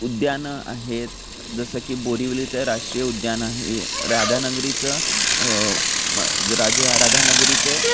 उद्यानं आहेत जसं की बोरिवलीचं राष्ट्रीय उद्यान आहे राधानगरीचं म राजा राधानगरीचं